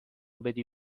بدی